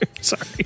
Sorry